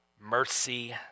Mercy